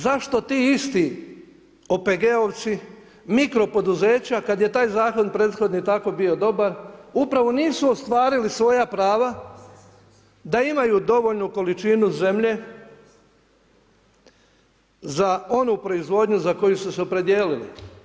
Zašto ti isti OPG-ovci, mikro poduzeća kada je taj zakon prethodni tako bio dobar upravo nisu ostvarili svoja prava da imaju dovoljnu količinu zemlje za onu proizvodnju za koju su se opredijelili?